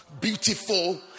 beautiful